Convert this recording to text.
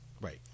Right